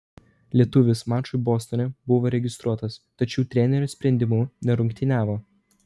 lietuvis mačui bostone buvo registruotas tačiau trenerio sprendimu nerungtyniavo